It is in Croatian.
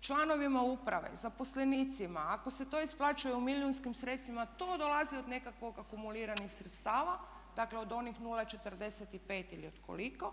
članovima uprave, zaposlenicima, ako se to isplaćuje u milijunskim sredstvima to dolazi od nekakvog akumuliranih sredstava, dakle od onih 0,45 ili od koliko.